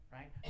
right